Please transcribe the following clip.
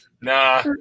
Nah